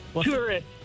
Tourist